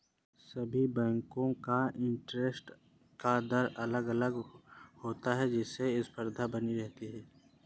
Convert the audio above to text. सभी बेंको का इंटरेस्ट का दर अलग अलग होता है जिससे स्पर्धा बनी रहती है